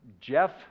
Jeff